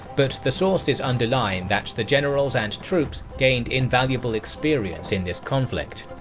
but the sources underline that the generals and troops gained invaluable experience in this conflict.